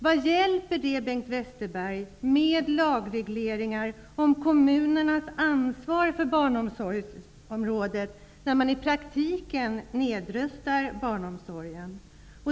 Till vilken hjälp, Bengt Westerberg, är lagregleringar om kommunernas ansvar på barnomsorgsområdet när man i praktiken nedrustar barnomsorgen?